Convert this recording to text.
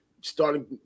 starting –